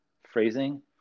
phrasing